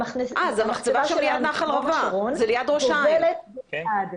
היא גובלת באלעד,